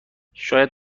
شاید